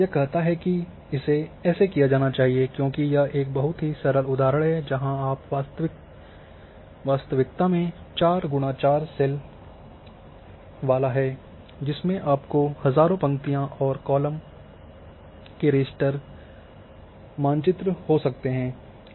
यह कहता है कि इसे ऐसे किया जाना चाहिए क्योंकि यह एक बहुत ही सरल उदाहरण है जहां आप वास्तविक में 4 × 4 सेल वाले हैं जिसमें आपको हजारों पंक्तियां और कॉलम के रास्टर मानचित्र हो सकते हैं